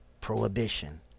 prohibition